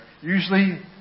Usually